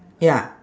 ya